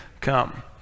come